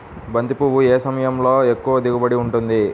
బంతి పువ్వు ఏ సమయంలో ఎక్కువ దిగుబడి ఉంటుంది?